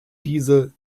diese